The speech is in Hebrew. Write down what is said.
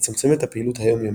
לצמצם את הפעילות היומיומית,